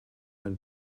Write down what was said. ein